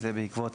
זה בעקבות